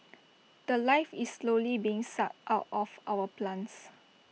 The Life is slowly being sucked out of our plants